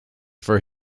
for